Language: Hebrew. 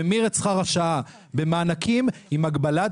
ממיר את שכר השעה במענקים עם הגבלת